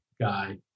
guy